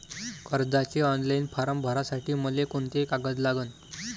कर्जाचे online form भरासाठी मले कोंते कागद लागन?